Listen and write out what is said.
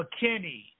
McKinney